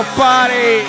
party